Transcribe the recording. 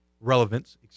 relevance